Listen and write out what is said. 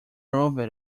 over